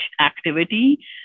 activity